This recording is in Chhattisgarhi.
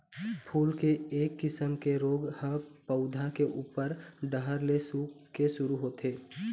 फूल के एक किसम के रोग ह पउधा के उप्पर डहर ले सूखे के शुरू होथे